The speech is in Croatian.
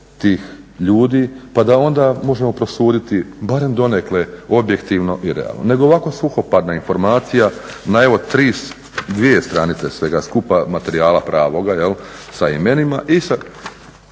pa da onda možemo prosuditi barem donekle objektivno i realno, nego ovako suhoparna informacija na evo dvije stranice svega skupa materijala pravoga sa imenima i sa